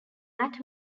matt